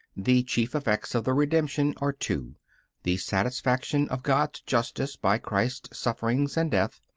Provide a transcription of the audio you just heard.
the chief effects of the redemption are two the satisfaction of god's justice by christ's sufferings and death,